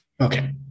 Okay